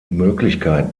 möglichkeit